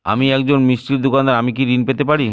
আমি একজন মিষ্টির দোকাদার আমি কি ঋণ পেতে পারি?